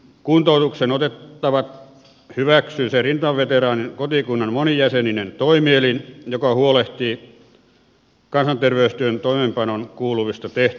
kuntoutukseen otettavat hyväksyy rintamaveteraanin kotikunnan monijäseninen toimielin joka huolehtii kansanterveystyön toimeenpanoon kuuluvista tehtävistä